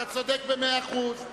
אתה צודק במאה אחוז,